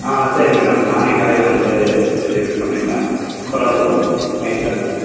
ஆ சரி மேடம் நானே கடையில வந்து டெலிவரி பண்ணிவிடுறேன் அப்புறோம் ரோஸும் இருக்கும் எங்கள்கிட்ட